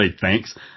thanks